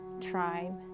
tribe